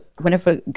whenever